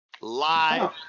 Live